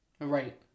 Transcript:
Right